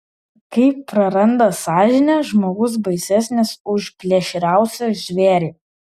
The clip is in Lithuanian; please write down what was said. kai praranda sąžinę žmogus baisesnis už plėšriausią žvėrį